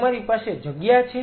તમારી પાસે જગ્યા છે